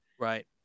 Right